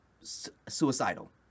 suicidal